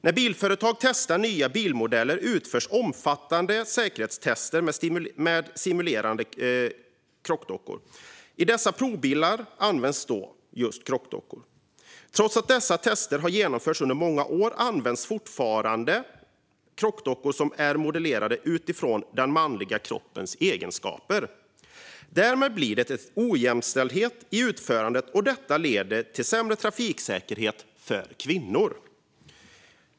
När bilföretag testar nya bilmodeller utförs omfattande säkerhetstester med simulerade krockar. I dessa provbilar används just krockdockor. Trots att dessa tester har genomförts under många år används fortfarande krockdockor som är modellerade utifrån den manliga kroppens egenskaper. Därmed blir det en ojämställdhet i utförandet, och detta leder till sämre trafiksäkerhet för kvinnor.